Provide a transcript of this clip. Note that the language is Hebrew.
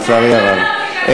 לצערי הרב.